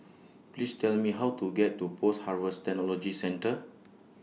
Please Tell Me How to get to Post Harvest Technology Centre